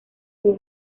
sur